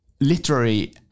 literary